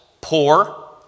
poor